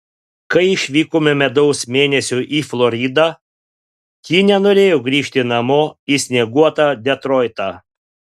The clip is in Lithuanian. kai išvykome medaus mėnesiui į floridą ji nenorėjo grįžti namo į snieguotą detroitą